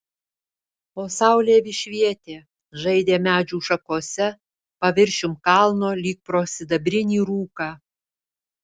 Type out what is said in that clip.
o saulė vis švietė žaidė medžių šakose paviršium kalno lyg pro sidabrinį rūką